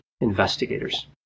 investigators